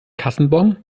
kassenbon